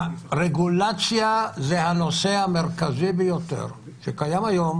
הרגולציה זה הנושא המרכזי ביותר שקיים היום